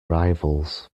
rivals